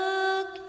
Look